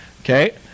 okay